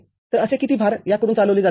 तर असे किती भारयाकडून चालविले जातील